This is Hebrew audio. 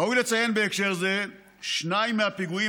ראוי לציין בהקשר זה שניים מהפיגועים